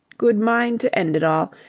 good mind to end it all.